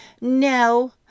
no